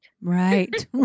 Right